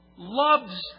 loves